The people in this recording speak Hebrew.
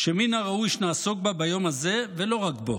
שמן הראוי שנעסוק בה ביום הזה, ולא רק בו.